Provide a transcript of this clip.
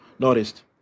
noticed